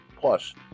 Plus